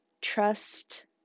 trust